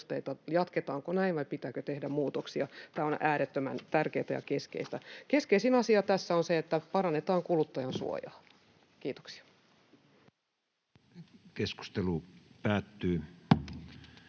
jatketaanko näin vai pitääkö tehdä muutoksia. Tämä on äärettömän tärkeätä ja keskeistä. Keskeisin asia tässä on se, että parannetaan kuluttajansuojaa. — Kiitoksia. [Speech 236]